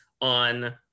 on